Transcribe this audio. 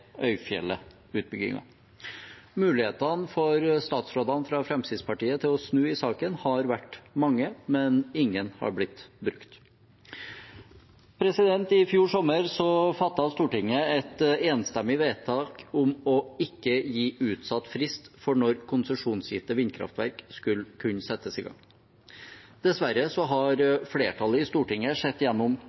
Mulighetene for statsrådene fra Fremskrittspartiet til å snu i saken har vært mange, men ingen har blitt brukt. I fjor sommer fattet Stortinget et enstemmig vedtak om å ikke gi utsatt frist for når konsesjonsgitte vindkraftverk skulle kunne settes i gang. Dessverre har flertallet i Stortinget sett